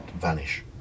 vanish